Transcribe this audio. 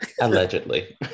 allegedly